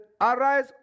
Arise